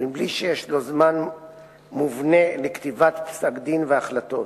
בלי שיש לו זמן מובנה לכתיבת פסק-דין והחלטות.